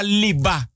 liba